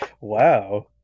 Wow